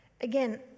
again